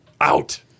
out